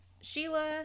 Sheila